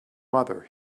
mother